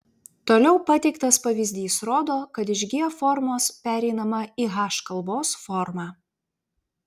toliau pateiktas pavyzdys rodo kad iš g formos pereinama į h kalbos formą